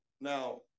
now